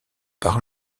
par